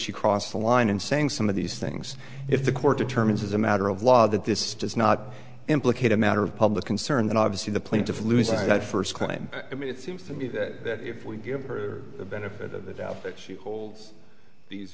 she cross the line in saying some of these things if the court determines as a matter of law that this does not implicate a matter of public concern then obviously the plaintiff loses that first claim i mean it seems to me that if we give her the benefit of the doubt that she holds these